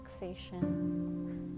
relaxation